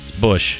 Bush